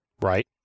Right